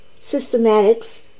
systematics